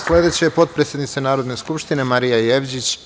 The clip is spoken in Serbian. Sledeća je potpredsednica Narodne skupštine Marija Jevđić.